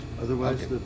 Otherwise